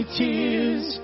tears